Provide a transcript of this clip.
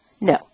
No